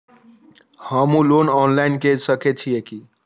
हमू loan online के सके छीये की?